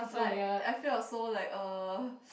like I feel I was so like uh